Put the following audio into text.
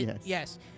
Yes